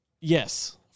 Yes